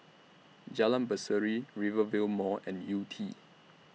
Jalan Berseri Rivervale Mall and Yew Tee